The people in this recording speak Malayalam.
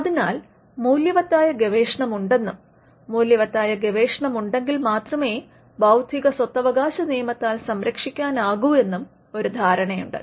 അതിനാൽ മൂല്യവത്തായ ഗവേഷണമുണ്ടെന്നും മൂല്യവത്തായ ഗവേഷണമുണ്ടെങ്കിൽ മാത്രമേ ബൌദ്ധിക സ്വത്തവകാശ നിയമത്താൽ സംരക്ഷിക്കാനാകു എന്നും ഒരു ധാരണയുണ്ട്